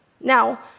Now